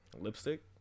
Lipstick